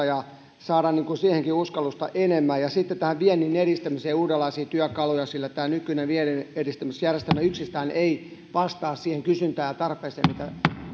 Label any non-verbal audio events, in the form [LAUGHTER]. [UNINTELLIGIBLE] ja saada siihenkin uskallusta enemmän ja sitten tähän viennin edistämiseen uudenlaisia työkaluja tämä nykyinen vienninedistämisjärjestelmä yksistään ei vastaa siihen kysyntään ja tarpeeseen mitä